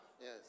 Yes